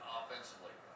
offensively